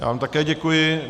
Já vám také děkuji.